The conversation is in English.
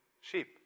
sheep